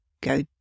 go